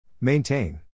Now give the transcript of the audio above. Maintain